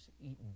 eaten